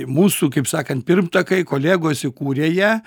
mūsų kaip sakant pirmtakai kolegos įkūrė ją